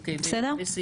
בסדר?